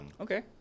okay